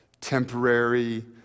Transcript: temporary